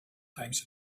times